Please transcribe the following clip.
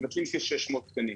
מבטלים כ-600 תקנים,